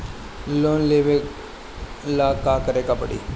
Loan लेबे ला का करे के पड़ी?